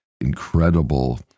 incredible